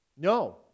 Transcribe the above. No